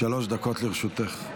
שלוש דקות לרשותך.